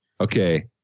okay